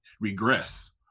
regress